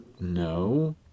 No